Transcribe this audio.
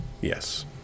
Yes